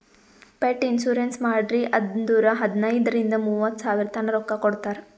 pet insurance ಮಾಡ್ರಿ ಅಂದುರ್ ಹದನೈದ್ ರಿಂದ ಮೂವತ್ತ ಸಾವಿರತನಾ ರೊಕ್ಕಾ ಕೊಡ್ತಾರ್